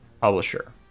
publisher